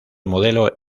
modelo